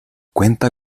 cuenta